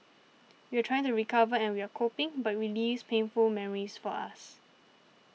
we're trying to recover and we're coping but relives painful memories for us